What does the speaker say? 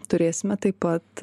turėsime taip pat